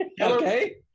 okay